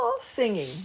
Singing